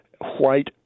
white